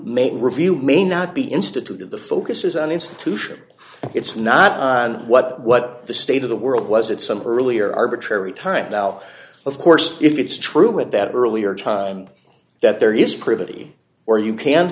may review may not be instituted the focus is on institution it's not on what what the state of the world was at some earlier arbitrary time now of course if it's true at that earlier time that there is pretty or you can